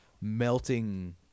melting